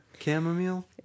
Chamomile